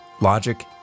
logic